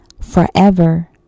Forever